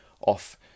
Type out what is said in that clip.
off